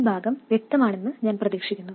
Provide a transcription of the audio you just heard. ഈ ഭാഗം വ്യക്തമാണെന്ന് ഞാൻ പ്രതീക്ഷിക്കുന്നു